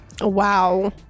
Wow